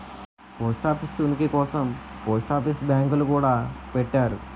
post office ఉనికి కోసం post office బ్యాంకులు గూడా పెట్టారు